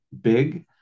big